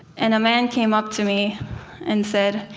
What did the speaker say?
and a man came up to me and said,